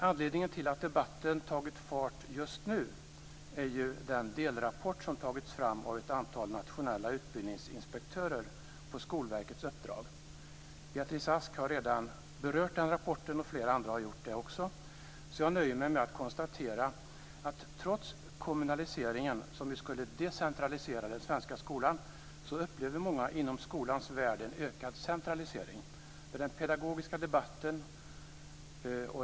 Anledningen till att debatten tagit fart just nu är den delrapport som tagits fram av ett antal nationella utbildningsinspektörer på Skolverkets uppdrag. Beatrice Ask och flera andra har redan berört den rapporten. Jag nöjer mig med att konstatera att trots kommunaliseringen, som skulle decentralisera den svenska skolan, upplever många inom skolans värld en ökad centralisering.